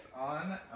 on